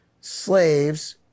slaves